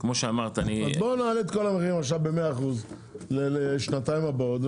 אז בואו נעלה את כל המחירים עכשיו ב-100% לשנתיים הבאות,